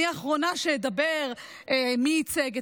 אני האחרונה שאדבר על מי ייצג,